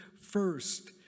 first